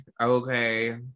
okay